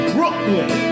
Brooklyn